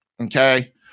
okay